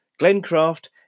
Glencraft